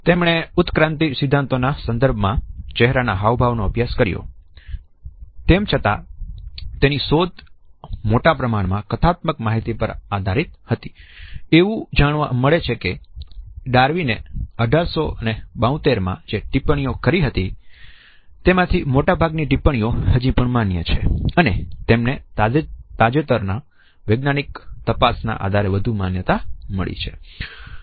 તેમણે ઉત્ક્રાંતિ સિદ્ધાંતોના સંદર્ભમાં ચહેરાના હાવભાવ નો અભ્યાસ કર્યો હતો તેમ છતાં તેની શોધ મોટા પ્રમાણમાં કથાત્મક માહિતી પર આધારિત હતી એવું જાણવા મળે કે છે કે ડાર્વિને 1872 માં જે ટિપ્પણીઓ કરી હતી તેમાંથી મોટાભાગની ટિપ્પણીઓ હજી પણ માન્ય છે અને તેમને તાજેતરના વૈજ્ઞાનિક તપાસના આધારે વધુ માન્યતા મળી છે